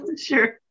Sure